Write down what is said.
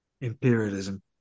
imperialism